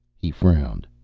he frowned.